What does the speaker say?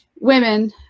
women